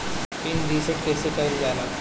Pin reset कईसे करल जाला?